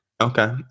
Okay